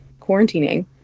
quarantining